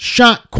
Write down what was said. Shot